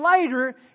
later